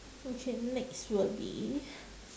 okay next will be